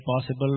possible